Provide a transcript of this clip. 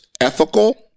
ethical